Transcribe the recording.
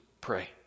pray